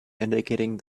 indicating